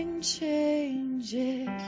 changes